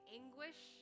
anguish